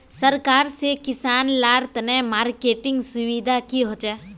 सरकार से किसान लार तने मार्केटिंग सुविधा की होचे?